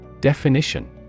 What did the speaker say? definition